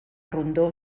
rondó